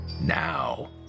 Now